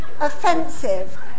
offensive